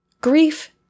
Grief